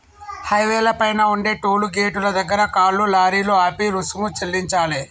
హైవేల పైన ఉండే టోలు గేటుల దగ్గర కార్లు, లారీలు ఆపి రుసుము చెల్లించాలే